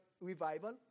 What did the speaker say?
revival